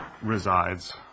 resides